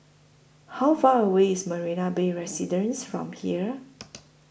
How Far away IS Marina Bay Residences from here